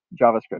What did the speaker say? JavaScript